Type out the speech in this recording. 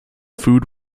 food